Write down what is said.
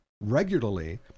regularly